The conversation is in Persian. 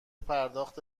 پرداخت